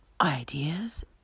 ideas